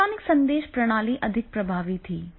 electronic संदेश प्रणाली अधिक प्रभावी थी